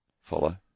follow